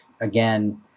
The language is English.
again